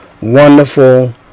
wonderful